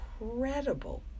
incredible